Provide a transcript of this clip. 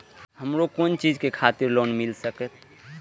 हमरो कोन चीज के खातिर लोन मिल संकेत?